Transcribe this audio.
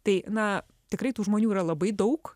tai na tikrai tų žmonių yra labai daug